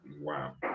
Wow